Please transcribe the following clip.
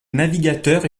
navigateurs